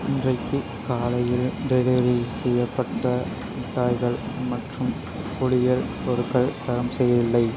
இன்றைக்கு காலையில் டெலிவரி செய்யப்பட்ட மிட்டாய்கள் மற்றும் குளியல் பொருட்கள் தரம் சரியில்லை